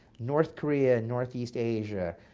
north korea and northeast asia,